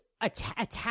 attack